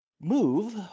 move